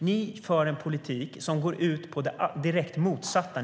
Ni, Ylva Johansson, för en politik som går ut på det direkt motsatta.